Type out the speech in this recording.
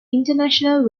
international